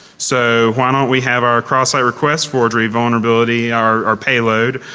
so why don't we have our cross-site request forgery vulnerability, our pay load,